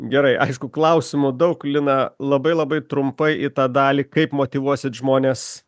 gerai aišku klausimų daug lina labai labai trumpai į tą dalį kaip motyvuosit žmones